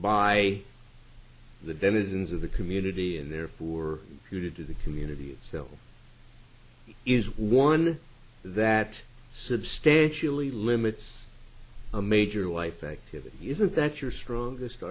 denizens of the community and therefore you did to the community it still is one that substantially limits a major life activity isn't that your strongest